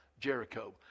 Jericho